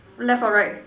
left or right